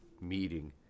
meeting